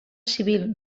civil